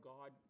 God